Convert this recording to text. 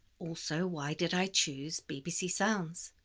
also why did i choose bbc sounds?